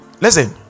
Listen